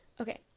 Okay